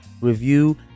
review